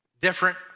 different